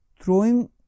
throwing